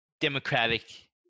democratic